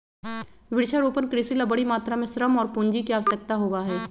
वृक्षारोपण कृषि ला बड़ी मात्रा में श्रम और पूंजी के आवश्यकता होबा हई